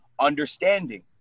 understanding